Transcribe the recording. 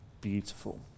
beautiful